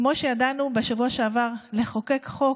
כמו שידענו בשבוע שעבר לחוקק חוק